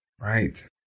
Right